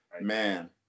Man